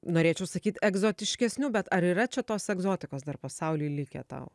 norėčiau sakyt egzotiškesnių bet ar yra čia tos egzotikos dar pasauly likę tau